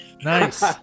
Nice